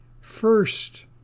First